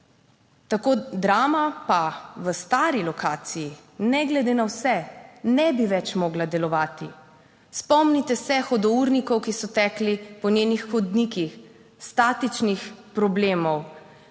Tako Drama pa v stari lokaciji ne glede na vse ne bi več mogla delovati. Spomnite se hudournikov, ki so tekli po njenih hodnikih, statičnih problemov,